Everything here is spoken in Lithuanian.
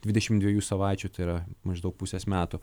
dvidešim dviejų savaičių tai yra maždaug pusės metų